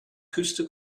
küste